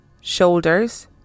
shoulders